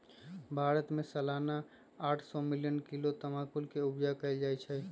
भारत में सलाना आठ सौ मिलियन किलो तमाकुल के उपजा कएल जाइ छै